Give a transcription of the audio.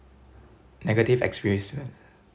negative experiences